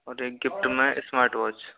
और एक गिप्ट में स्मार्टवॉच